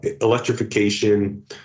electrification